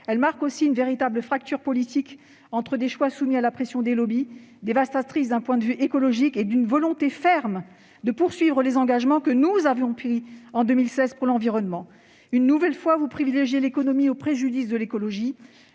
elles marquent aussi une véritable fracture politique entre des choix soumis à la pression des lobbies, dévastateurs d'un point de vue écologique, et notre ferme volonté de poursuivre les engagements que nous avons pris en 2016 pour l'environnement. Une nouvelle fois, vous privilégiez l'économie au préjudice de l'écologie.